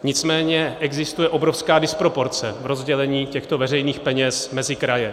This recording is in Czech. Nicméně existuje obrovská disproporce v rozdělení těchto veřejných peněz mezi kraje.